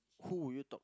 who would you talk